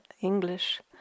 English